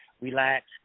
Relax